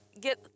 get